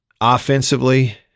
Offensively